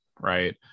right